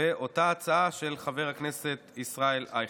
ובאותה הצעה של חבר הכנסת ישראל אייכלר.